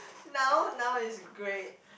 now now is great